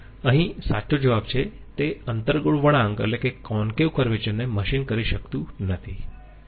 અહીં સાચો જવાબ છે તે અંતર્ગોળ વળાંક ને મશીન કરી શકતું નથી